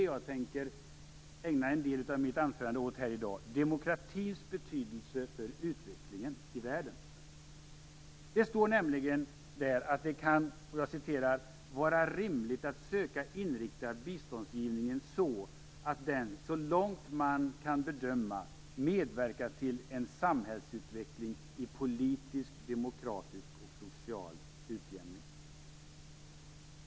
Jag tänker ägna en del av mitt anförande i dag åt demokratins betydelse för utvecklingen i världen. Det står nämligen där att det kan "vara rimligt att söka inrikta biståndsgivningen så att den, så långt man kan bedöma, medverkar till en samhällsutveckling i politiskt demokratisk och social utjämnande riktning.